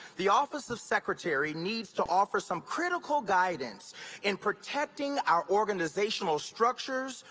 the office of secretary needs to offer some critical guidance in protecting our organizational structures,